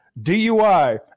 DUI